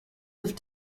have